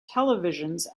televisions